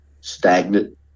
stagnant